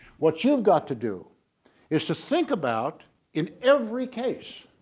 what you've got to do is to think about in every case